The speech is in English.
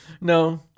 No